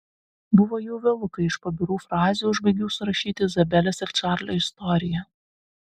buvo jau vėlu kai iš pabirų frazių užbaigiau surašyti izabelės ir čarlio istoriją